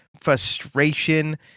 frustration